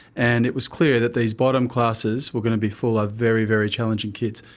and it was clear that these bottom classes were going to be full of very, very challenging kids.